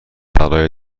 برای